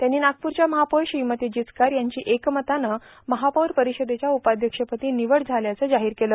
त्यांनी नागपूरच्या महापौर श्रीमती जिचकार यांची एकमतानं महापौर परिषदेच्या उपाध्यक्षपदी निवड झाल्याचं जाहीर केलं